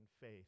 faith